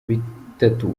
bitatu